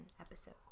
episode